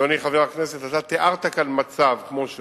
אדוני חבר הכנסת, אתה תיארת כאן מצב כמו שהוא.